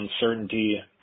uncertainty